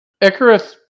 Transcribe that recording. Icarus